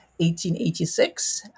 1886